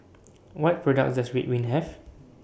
What products Does Ridwind Have